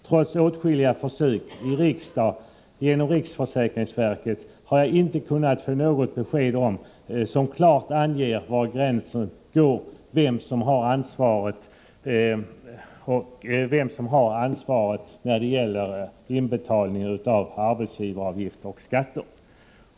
Trots åtskilliga försök i riksdagen och genom riksförsäkringsverket har jag inte kunnat få något besked som klart anger var gränsen går och vem som har ansvaret när det gäller inbetalning av arbetsgivaravgifter och skatter.